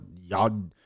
y'all